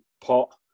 pot